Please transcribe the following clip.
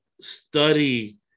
study